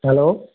hello